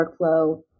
workflow